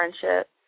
friendship